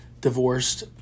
Divorced